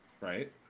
Right